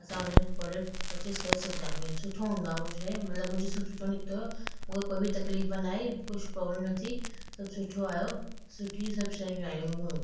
असां online product purchase करे सघदा आयूं सुठो हूंदो आ उओ शै मतलब मुजी सब सुठो निकतो हुयो उअ कोई बि तकलीफ़ न आई कुझु प्रॉब्लम न थी सभु सुठो आहियो सुठी सभु शयूं आहियूं हुयूं